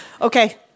Okay